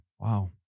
Wow